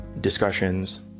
discussions